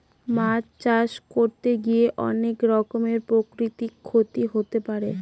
মাছ চাষ করতে গিয়ে অনেক রকমের প্রাকৃতিক ক্ষতি হতে পারে